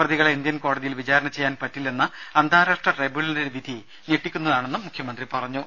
പ്രതികളെ ഇന്ത്യൻ കോടതിയിൽ വിചാരണ ചെയ്യാൻ പറ്റില്ലെന്ന അന്താരാഷ്ട്ര ട്രിബ്യൂണലിന്റെ വിധി ഞെട്ടിക്കുന്നതാണെന്നും മുഖ്യമന്ത്രി പറഞ്ഞു